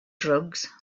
drugs